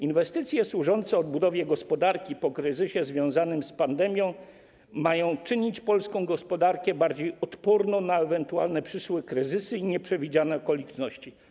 Inwestycje służące odbudowie gospodarki po kryzysie związanym z pandemią mają czynić polską gospodarkę bardziej odporną na ewentualne przyszłe kryzysy i nieprzewidziane okoliczności.